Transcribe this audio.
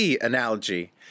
analogy